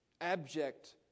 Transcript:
Abject